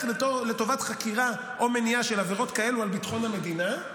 רק לטובת חקירה או מניעה של עבירות כאלה על ביטחון המדינה,